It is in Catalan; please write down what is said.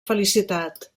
felicitat